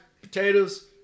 Potatoes